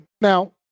now